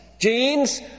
Genes